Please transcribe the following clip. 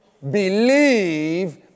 Believe